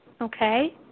Okay